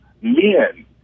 men